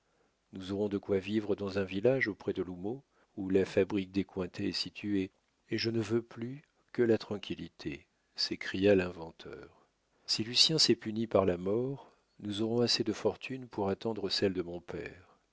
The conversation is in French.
nous aurons de quoi vivre dans un village auprès de l'houmeau où la fabrique des cointet est située et je ne veux plus que la tranquillité s'écria l'inventeur si lucien s'est puni par la mort nous aurons assez de fortune pour attendre celle de mon père